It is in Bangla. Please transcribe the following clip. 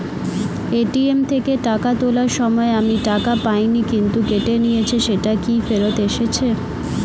এ.টি.এম থেকে টাকা তোলার সময় আমি টাকা পাইনি কিন্তু কেটে নিয়েছে সেটা কি ফেরত এসেছে?